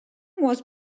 was